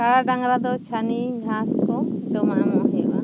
ᱠᱟᱲᱟ ᱰᱟᱝᱨᱟ ᱫᱚ ᱪᱷᱟᱹᱱᱤ ᱜᱷᱟᱸᱥ ᱠᱚ ᱡᱚᱢᱟᱜ ᱮᱢᱚᱜ ᱦᱩᱭᱩᱜᱼᱟ